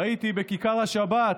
ראיתי בכיכר השבת,